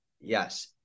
yes